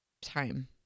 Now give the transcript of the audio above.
time